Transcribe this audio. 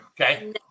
Okay